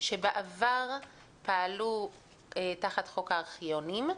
שבעבר פעלו תחת חוק הארכיונים,